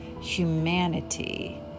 Humanity